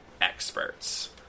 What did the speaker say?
experts